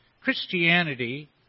Christianity